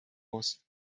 muss